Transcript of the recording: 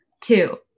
Two